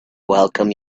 welcome